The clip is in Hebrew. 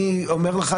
אני אומר לך,